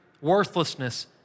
worthlessness